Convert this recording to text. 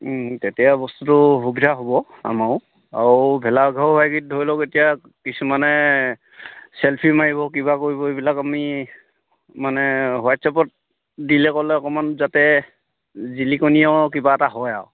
তেতিয়া বস্তুটো সুবিধা হ'ব আমাৰো আৰু ভেলাঘৰ হোৱাখিনিত ধৰি লওক এতিয়া কিছুমানে চেল্ফি মাৰিব কিবা কৰিব এইবিলাক আমি মানে হোৱাটছএপত দিলে ক'লে অকণমান যাতে জিলিকনীয় কিবা এটা হয় আৰু